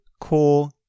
core